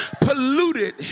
polluted